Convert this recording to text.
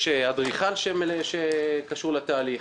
אדריכל שקשור לתהליך.